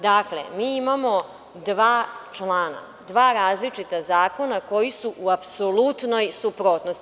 Dakle, mi imamo dva člana, dva različita zakona koji su u apsolutnoj suprotnosti.